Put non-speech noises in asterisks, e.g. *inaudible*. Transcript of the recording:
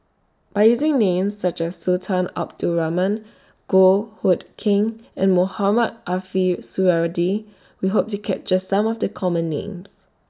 By using Names such as Sultan Abdul Rahman Goh Hood Keng and Mohamed Ariff *unintelligible* We Hope to capture Some of The Common Names